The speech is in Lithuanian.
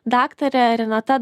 daktare renata